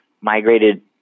migrated